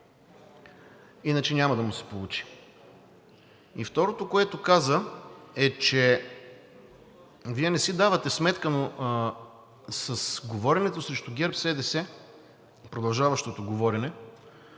иначе няма да му се получи. И второто, което каза, е, че Вие не си давате сметка, но с говоренето срещу ГЕРБ-СДС – продължаващото говорене,